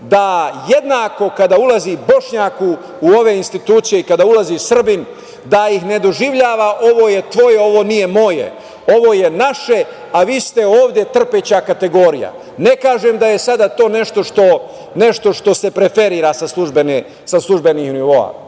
da jednako kada ulazi Bošnjak u ove institucije i kada ulazi Srbin da ih ne doživljava - ovo je tvoje, ovo nije moje. Ovo je naše, a vi ste ovde trpeća kategorija. Ne kažem da je to sada nešto što se preferira sa službenih nivoa,